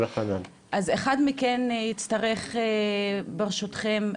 אז אחד מכם יצטרך, ברשותכם,